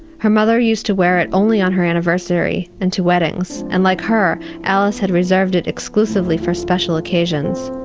her mother used to wear it only on her anniversary and to weddings and, like her, alice had reserved it exclusively for special occasions.